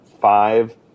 five